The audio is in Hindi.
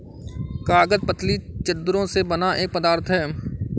कागज पतली चद्दरों से बना एक पदार्थ है